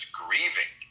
grieving